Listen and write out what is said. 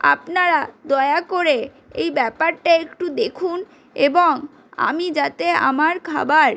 আপনারা দয়া করে এই ব্যাপারটা একটু দেখুন এবং আমি যাতে আমার খাবার